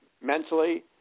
mentally